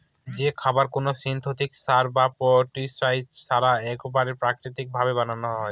যে খাবার কোনো সিনথেটিক সার বা পেস্টিসাইড ছাড়া এক্কেবারে প্রাকৃতিক ভাবে বানানো হয়